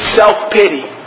self-pity